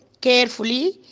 carefully